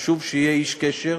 חשוב שיהיה איש קשר,